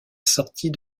sortie